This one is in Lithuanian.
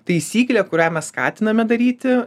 taisyklė kurią mes skatiname daryti